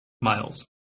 miles